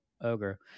ogre